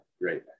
great